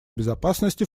безопасности